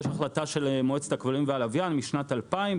יש החלטה של מועצת הכבלים והלוויין משנת 2000,